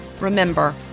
Remember